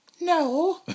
No